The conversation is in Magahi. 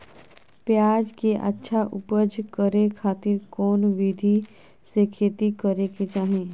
प्याज के अच्छा उपज करे खातिर कौन विधि से खेती करे के चाही?